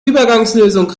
übergangslösung